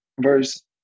verse